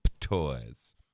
toys